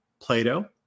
Plato